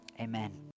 Amen